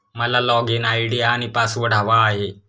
मला login ID आणि password हवा आहे